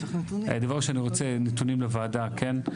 דבר ראשון אני רוצה נתונים לוועדה, כן?